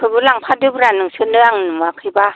आंखौबो लांफादोब्रा नोंसोरनो आं नुवाखैबा